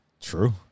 true